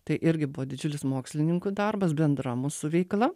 tai irgi buvo didžiulis mokslininkų darbas bendra mūsų veikla